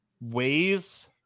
ways